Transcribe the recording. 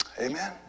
Amen